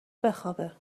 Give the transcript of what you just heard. بخوابه